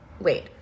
wait